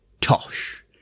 Tosh